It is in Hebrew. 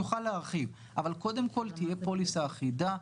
יוכל להרחיב אבל קודם כל תהיה פוליסה אחידה,